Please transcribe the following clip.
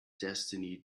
destiny